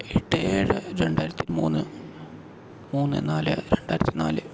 എട്ട് ഏഴ് രണ്ടായിരത്തി മൂന്ന് മൂന്ന് നാല് രണ്ടായിരത്തി നാല്